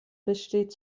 besteht